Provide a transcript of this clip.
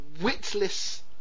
witless